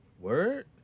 Word